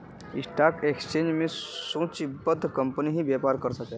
stock exchange में सूचीबद्ध company ही व्यापार कर सकला